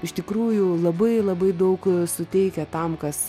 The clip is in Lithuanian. iš tikrųjų labai labai daug suteikia tam kas